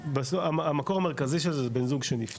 בסוף המקור המרכזי של זה זה בן זוג שנפטר.